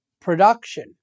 production